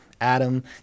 Adam